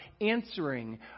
answering